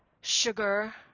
Sugar